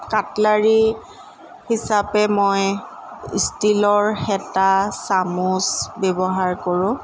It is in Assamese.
কাটলাৰী হিচাপে মই ষ্টীলৰ হেঁতা চামুচ ব্যৱহাৰ কৰোঁ